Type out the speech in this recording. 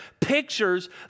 pictures